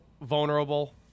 vulnerable